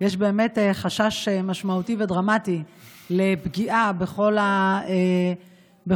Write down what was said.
יש באמת חשש משמעותי ודרמטי לפגיעה בכל המערך